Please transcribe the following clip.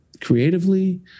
creatively